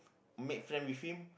make friend with him